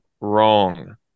wrong